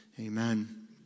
Amen